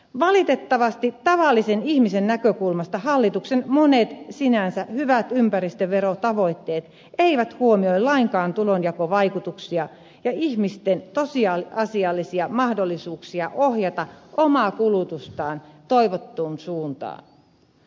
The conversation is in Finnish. valitettavasti tavallisen ihmisen näkökulmasta hallituksen monet sinänsä hyvät ympäristöverotavoitteet eivät huomioi lainkaan tulonjakovaikutuksia ja ihmisten tosiasiallisia mahdollisuuksia ohjata omaa kulutustaan toivottuun suuntaan